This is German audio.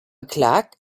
clark